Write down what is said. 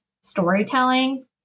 storytelling